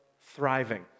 thriving